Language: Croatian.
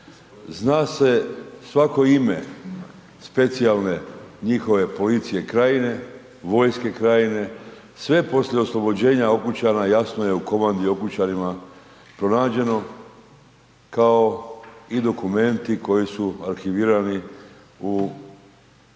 zna se svako ime specijalne njihove policije Krajine, vojske Krajine, sve poslije oslobođenja Okučana jasno je u komandi u Okučanima pronađeno kao i dokumentu koji su arhivirani u našim